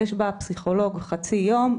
ויש בה פסיכולוג לחצי יום,